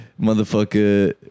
motherfucker